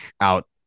out